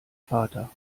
vater